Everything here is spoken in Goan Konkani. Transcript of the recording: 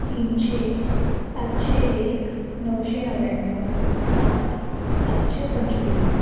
तिनशे पांचशे एक णवशे णव्याणव साठ सातशे पंचवीस